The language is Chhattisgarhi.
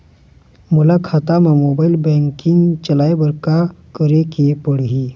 मोर खाता मा मोबाइल बैंकिंग चलाए बर का करेक पड़ही?